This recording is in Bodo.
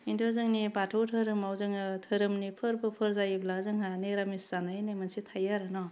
खिन्थु जोंनि बाथौ धोरोमाव जोङो धोरोमनि फोरबोफोर जायोब्ला जोंहा मिरामिस जानाय होननाय मोनसे थायो आरो न'